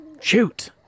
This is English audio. Shoot